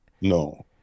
no